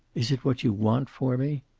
is it what you want for me?